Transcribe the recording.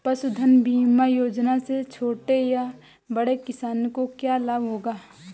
पशुधन बीमा योजना से छोटे या बड़े किसानों को क्या लाभ होगा?